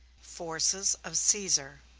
forces of caesar